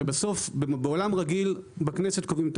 הרי בסוף בעולם רגיל בכנסת קובעים את